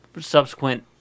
subsequent